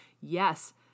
Yes